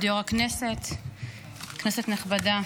כבוד יו"ר הישיבה, כנסת נכבדה,